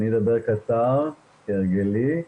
אני אדבר קצר כהרגלי.